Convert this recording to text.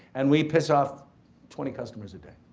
and we piss off twenty customers a day,